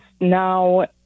now